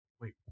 Wait